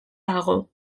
dago